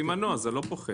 לפי מנוע זה לא פוחת.